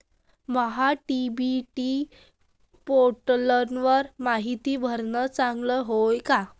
महा DBT पोर्टलवर मायती भरनं चांगलं हाये का?